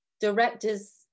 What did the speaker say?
directors